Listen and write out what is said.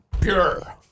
pure